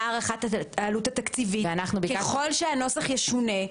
הערכת העלות התקציבית ככל שהנוסח ישונה.